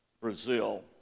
Brazil